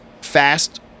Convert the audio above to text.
fast